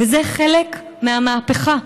זה חלק מהמהפכה.